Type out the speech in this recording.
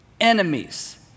enemies